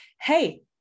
hey